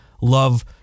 love